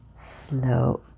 slow